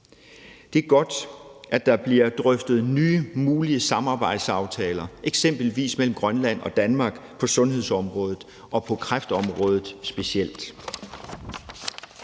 Det er godt, at der bliver drøftet nye mulige samarbejdsaftaler, eksempelvis mellem Grønland og Danmark på sundhedsområdet og specielt